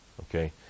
Okay